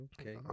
okay